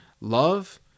love